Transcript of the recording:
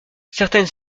certaines